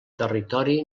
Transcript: territori